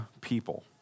people